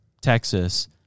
Texas